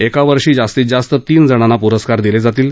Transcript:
एका वर्षी जास्तीत जास्त तीन जणांना प्रस्कार दिले जातील